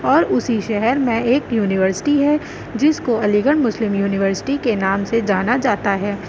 اور اسی شہر میں ایک یونیورسٹی ہے جس کو علی گڑھ مسلم یونیورسٹی کے نام سے جانا جاتا ہے